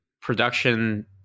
production